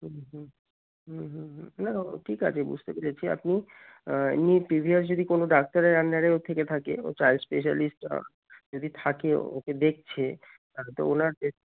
হুম হুম হুম হু না ঠিক আছে বুঝতে পেরেছি আপনি এমনি প্রিভিয়াস যদি কোনো ডাক্তারের রান্নারেওর থেকে থাকে ও চাইল্ড স্পেশালিস্ট যদি থাকে ওকে দেখছে তো ওনার